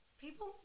people